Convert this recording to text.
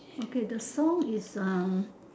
okay the song is uh